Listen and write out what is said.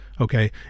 Okay